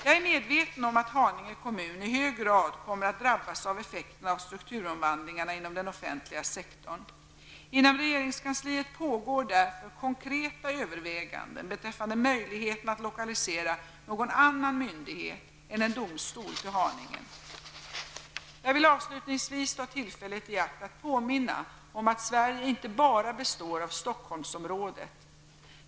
Jag är medveten om att Haninge kommun i hög grad kommit att drabbas av effekterna av strukturomvandlingarna inom den offentliga sektorn. Inom regeringskansliet pågår därför konkreta överväganden beträffande möjligheterna att lokalisera någon annan myndighet än en domstol till Haninge. Jag vill avslutningsvis ta tillfället i akt att påminna om att Sverige inte bara består av Stockholmsområdet.